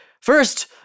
First